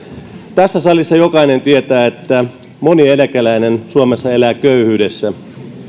tässä salissa jokainen tietää että moni eläkeläinen suomessa elää köyhyydessä